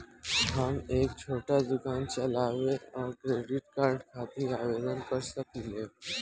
हम एक छोटा दुकान चलवइले और क्रेडिट कार्ड खातिर आवेदन कर सकिले?